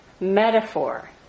metaphor